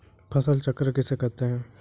फसल चक्र किसे कहते हैं?